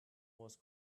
was